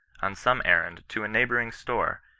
on some errand to a neighbouring store,